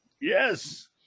Yes